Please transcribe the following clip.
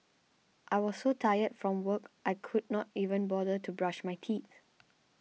I was so tired from work I could not even bother to brush my teeth